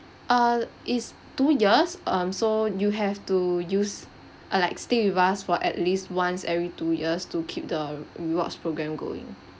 err it's two years um so you have to use uh like stay with us for at least once every two years to keep the rewards program going